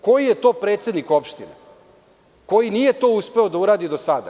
Koji je to predsednik opštine koji nije to uspeo da uradi do sada.